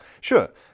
Sure